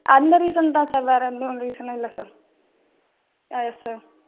அந்த ரீசன் தான் சார் வேறு எந்த ஒரு ரீசனும் இல்லை சார் ஆ எஸ் சார்